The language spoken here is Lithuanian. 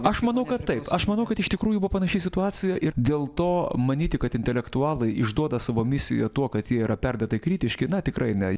aš manau kad taip aš manau kad iš tikrųjų buvo panaši situacija ir dėl to manyti kad intelektualai išduoda savo misiją tuo kad jie yra perdėtai kritiški na tikrai ne